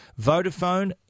Vodafone